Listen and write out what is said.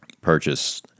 purchase